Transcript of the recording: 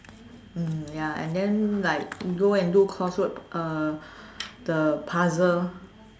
mm ya and then like go and do crossword uh the puzzle